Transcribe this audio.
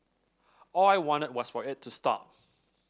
all I wanted was for it to stop